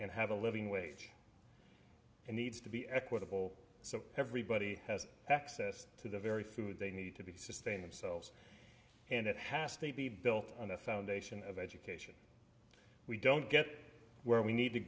and have a living wage and needs to be equitable so everybody has access to the very food they need to be sustain themselves and it has to be built on a foundation of education we don't get where we need to